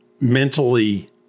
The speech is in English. mentally